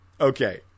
Okay